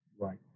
Right